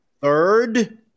Third